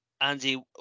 Andy